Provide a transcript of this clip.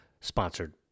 sponsored